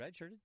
redshirted